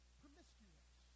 promiscuous